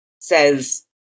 says